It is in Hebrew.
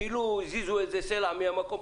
כאילו הזיזו איזה סלע מהמקום.